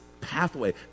pathway